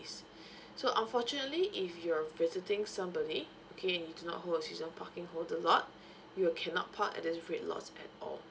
yes so unfortunately if you're visiting somebody okay and you do not hold a season parking of the lot you cannot park at this red lot at all